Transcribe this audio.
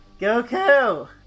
Goku